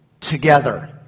together